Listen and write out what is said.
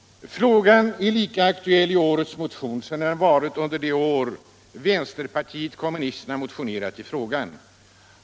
Frågan är lika aktuell i år som den varit under de tidigare år då vän sterpartiet kommunisterna motionerat i saken.